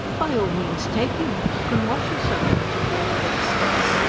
by all means take him! you can wash yourself in it if water gets scarce,